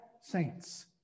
saints